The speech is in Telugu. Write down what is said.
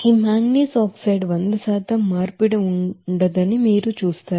ఈ మాంగనీస్ ఆక్సైడ్ వంద శాతం మార్పిడి ఉండదని మీరు చూస్తారు